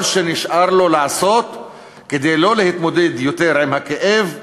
כל שנשאר לו לעשות כדי לא להתמודד יותר עם הכאב,